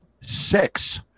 six